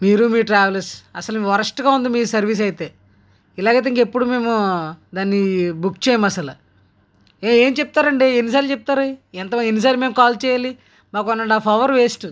మీరు మీ ట్రావెల్స్ అసలు వరస్ట్గా ఉంది మీ సర్వీస్ అయితే ఇలాగైతే ఇంకెప్పుడు మేము దాన్నిబుక్ చేయం అసలు ఏ ఏమి చెప్తారు అండి ఎన్నిసార్లు చెప్తారు ఎన్నిసార్లు మేము కాల్ చేయాలి మాకు one and half hour waste